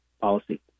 policy